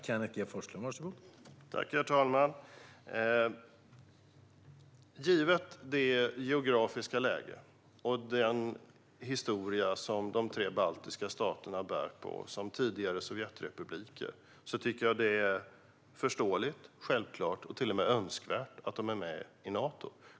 Herr talman! Givet det geografiska läget och den historia som de tre baltiska staterna bär på som tidigare sovjetrepubliker tycker jag att det är förståeligt, självklart och till och med önskvärt att de är med i Nato.